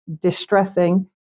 distressing